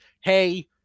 hey